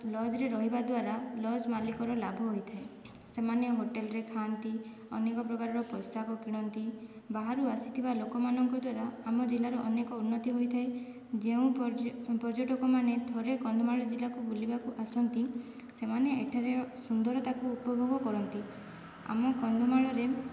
ଲଜରେ ରହିବା ଦ୍ୱାରା ଲଜ୍ ମାଲିକର ଲାଭ ହୋଇଥାଏ ସେମାନେ ହୋଟେଲରେ ଖାଆନ୍ତି ଅନେକ ପ୍ରକାରର ପୋଷାକ କିଣନ୍ତି ବାହାରୁ ଆସିଥିବା ଲୋକମାନଙ୍କ ଦ୍ୱାରା ଆମ ଜିଲ୍ଲାର ଅନେକ ଉନ୍ନତି ହୋଇଥାଏ ଯେଉଁ ପର୍ଯ୍ୟଟକମାନେ ଥରେ କନ୍ଧମାଳ ଜିଲ୍ଲାକୁ ବୁଲିବାକୁ ଆସନ୍ତି ସେମାନେ ଏଠାରେ ସୁନ୍ଦରତାକୁ ଉପଭୋଗ କରନ୍ତି ଆମ କନ୍ଧମାଳରେ